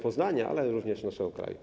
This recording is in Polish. Poznania, ale również naszego kraju.